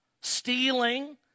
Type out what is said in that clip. Stealing